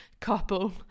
Couple